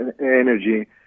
energy